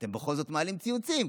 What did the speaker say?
אתם בכל זאת מעלים ציוצים,